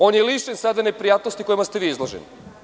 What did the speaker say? On je lišen sada neprijatnosti kojoj ste vi izloženi.